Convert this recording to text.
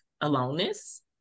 aloneness